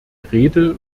rede